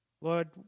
Lord